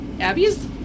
Abby's